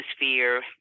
atmosphere